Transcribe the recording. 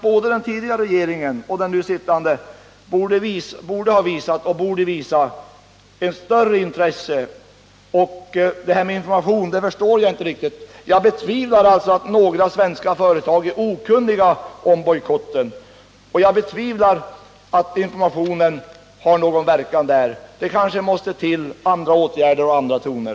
Både den tidigare regeringen och den nu sittande borde ha visat och borde visa större intresse. Jag förstår inte riktigt det som sägs om information. Jag betvivlar att några svenska företag är okunniga om bojkotten. Jag betvivlar också att informationen har någon verkan. Kanske det måste till andra åtgärder och andra toner.